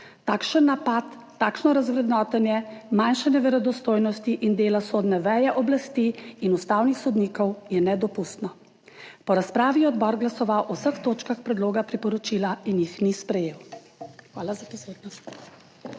Takšen napad, takšno razvrednotenje, manjšanje verodostojnosti in dela sodne veje oblasti in ustavnih sodnikov je nedopustno. Po razpravi je odbor glasoval o vseh točkah predloga priporočila in jih ni sprejel. Hvala za pozornost.